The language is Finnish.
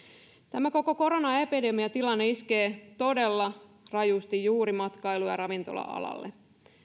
tämä koko koronaepidemiatilanne iskee todella rajusti juuri matkailu ja ravintola alalle